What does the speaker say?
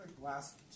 last